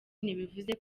ntibivuze